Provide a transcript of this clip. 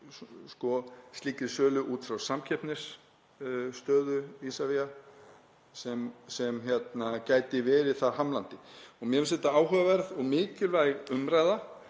slíkri sölu út frá samkeppnisstöðu Isavia sem gætu verið þar hamlandi? Mér finnst þetta áhugaverð og mikilvæg umræða.